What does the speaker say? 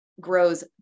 grows